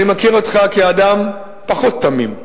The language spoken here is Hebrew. אני מכיר אותך כאדם פחות תמים.